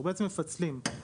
אנחנו מפצלים.